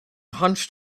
hunched